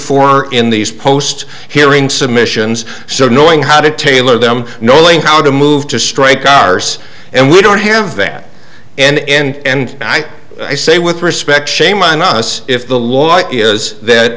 for in these post hearing submissions so knowing how to tailor them knowing how to move to strike carse and we don't have that and i i say with respect shame on us if the law is that